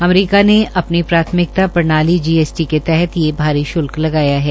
अमरीका ने अपनी प्राथमिकता प्रणाली र्जीएसटी के तहत यह भारी भार्ल्क लगाया है